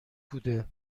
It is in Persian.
بوده